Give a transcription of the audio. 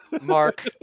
Mark